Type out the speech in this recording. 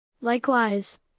Likewise